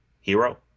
hero